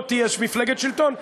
לא תהיה מפלגת שלטון,